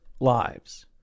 lives